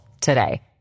today